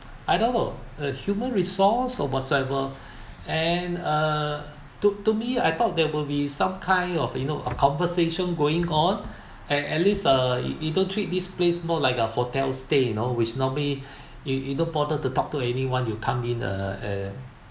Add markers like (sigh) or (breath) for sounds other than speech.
I don't know uh human resource or whatsoever and uh to to me I thought there will be some kind of you know a conversation going on and at least uh you don't treat this place more like a hotel stay you know which normally (breath) you don't bother to talk to anyone you come in uh uh